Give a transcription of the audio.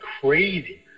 crazy